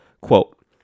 Quote